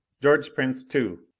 george prince too.